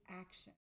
action